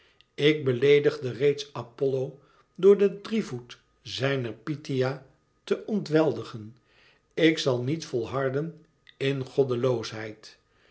ik beleedigde reeds apollo door den drievoet zijner pythia te ontweldigen ik zal nièt volharden in goddeloosheid